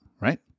Right